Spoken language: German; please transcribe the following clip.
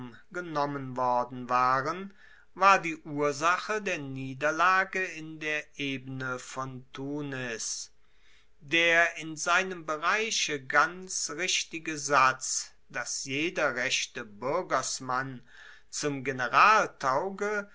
genommen worden waren war die ursache der niederlage in der ebene von tunes der in seinem bereiche ganz richtige satz dass jeder rechte buergersmann zum general tauge